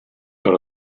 per